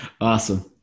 Awesome